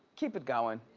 keep it going.